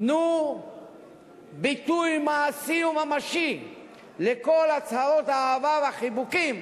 תנו ביטוי מעשי וממשי לכל הצהרות האהבה והחיבוקים